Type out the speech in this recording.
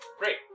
great